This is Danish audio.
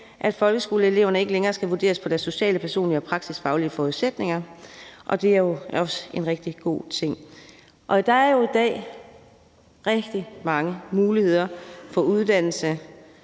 at folkeskoleeleverne ikke længere skal vurderes på deres sociale, personlige og praksisfaglige forudsætninger, og det er også en rigtig god ting. Der er jo i dag rigtig mange muligheder for uddannelse,